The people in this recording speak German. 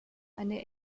eine